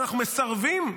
אנחנו מסרבים,